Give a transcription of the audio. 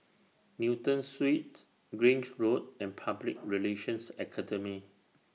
Newton Suites Grange Road and Public Relations Academy